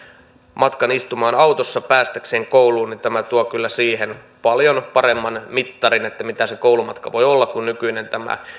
matkan istumaan autossa päästäkseen kouluun niin tämä tuo kyllä siihen paljon paremman mittarin mitä se koulumatka voi olla kuin tämä nykyinen